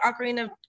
Ocarina